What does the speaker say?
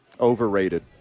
overrated